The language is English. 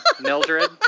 Mildred